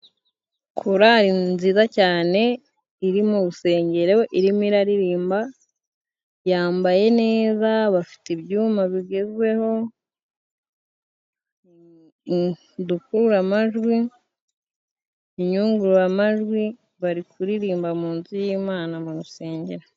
Korari nziza cyane iri mu rusengero, irimo iraririmba yambaye neza, bafite ibyuma bigezweho, udukururamajwi, inyunguramajwi. Bari kuririmba mu nzu y'Imana mu rusengero.